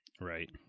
Right